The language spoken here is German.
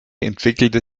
entwickelte